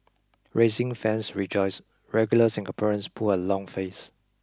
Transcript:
racing fans rejoice regular Singaporeans pull a long face